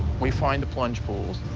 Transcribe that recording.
we find the plunge pools.